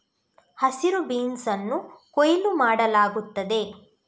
ಹಸಿರು ಬೀನ್ಸ್ ಅನ್ನು ಕೊಯ್ಲು ಮಾಡಲಾಗುತ್ತದೆ